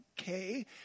okay